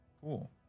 cool